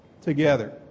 together